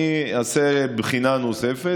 אני אעשה בחינה נוספת,